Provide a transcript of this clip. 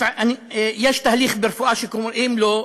יש תהליך ברפואה שקוראים לו,